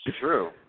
true